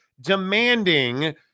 demanding